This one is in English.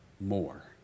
more